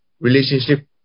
relationship